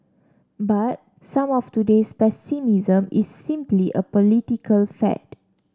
but some of today's pessimism is simply a political fad